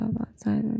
outside